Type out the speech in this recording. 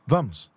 Vamos